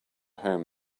home